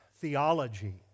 Theology